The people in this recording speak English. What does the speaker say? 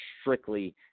strictly